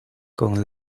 con